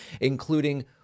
including